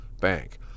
bank